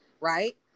right